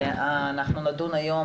אנחנו נדון היום